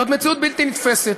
זאת מציאות בלתי נתפסת.